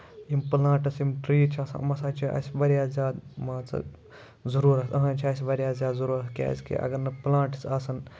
یِم پٕلانٹٕس یِم ٹریٖز چھِ آسان یِم ہسا چھِ اَسہِ واریاہ زیادٕ مان ژٕ ضروٗرتھ أہنز چھےٚ اَسہِ واریاہ زیادٕ ضروٗرتھ کیازِ کہِ اَگر نہٕ پٕلنٹٕس آسن